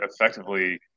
effectively